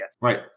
right